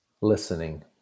Listening